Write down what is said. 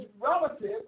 relative